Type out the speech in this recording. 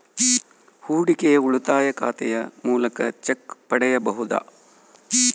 ಹೂಡಿಕೆಯ ಉಳಿತಾಯ ಖಾತೆಯ ಮೂಲಕ ಚೆಕ್ ಪಡೆಯಬಹುದಾ?